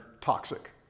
toxic